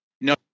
No